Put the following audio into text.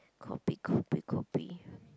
copy copy copy